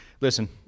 Listen